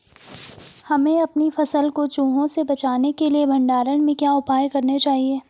हमें अपनी फसल को चूहों से बचाने के लिए भंडारण में क्या उपाय करने चाहिए?